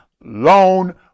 loan